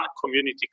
community